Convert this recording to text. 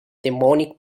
demonic